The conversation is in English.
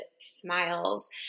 smiles